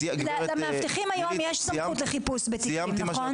למאבטחים היום יש סמכות לחיפוש בתיקים, נכון?